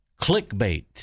Clickbait